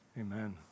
Amen